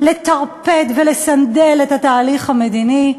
לטרפד ולסנדל את התהליך המדיני.